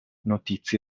notizie